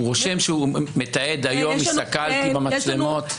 הוא רושם ומתעד, היום הסתכלתי במצלמות?